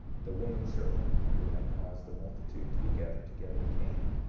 the woman servant who had caused the multitude to be gathered together came,